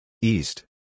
East